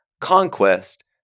conquest